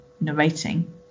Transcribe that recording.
narrating